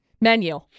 menu